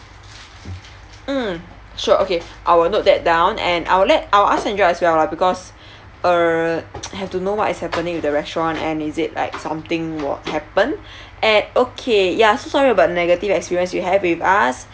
mm sure okay I will note that down and I will let I will ask sandra as well lah because err have to know what is happening with the restaurant and is it like something was happen and okay ya so sorry about negative experience you have with us